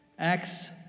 Acts